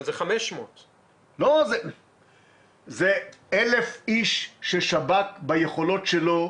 אבל זה 500. אלה 1,000 איש ששב"כ, ביכולות שלו,